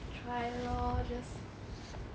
try lor just